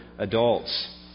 Adults